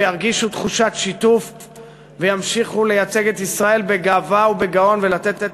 וירגישו תחושת שיתוף וימשיכו לייצג את ישראל בגאווה ובגאון ולתת את